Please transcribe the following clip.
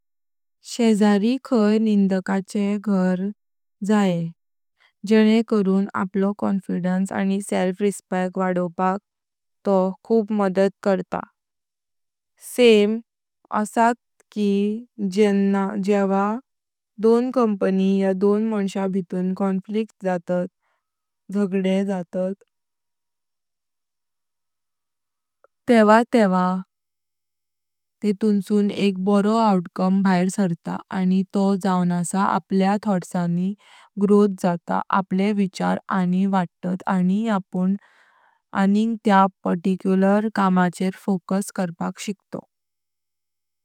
शेजारी खाई निंदकाचे घर जाये जेणे करून आपलो कॉन्फिडन्स आनी सेल्फ रिस्पेक्ट वाढवपाक तो खूब मदत करता। सेम आशेत की जेन्ना दोन कंपनी या मंश्या भितून कॉन्फ्लिक्ट्स जातात झगडे जातात तेव्हा तेव्हा तेटूनसून एक बरो आऊट काम भायर सर्ता आनी तो जाऊन असा आपल्या थॉट्सानी ग्रोथ जाता अपलें विचार आनींग वाढतात आनी अप्पून आनींग त्या पर्टिक्युलर कामाचेर फोकस करपाक शिकतोव।